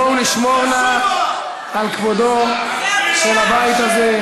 בואו נשמור נא על כבודו של הבית הזה.